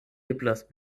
eblas